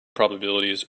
probabilities